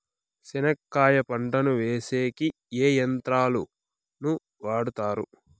చెనక్కాయ పంటను వేసేకి ఏ యంత్రాలు ను వాడుతారు?